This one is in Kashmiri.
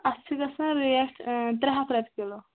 اتھ چھِ گژھان ریٹ ترٛےٚ ہَتھ رۄپیہِ کِلوٗ